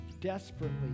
desperately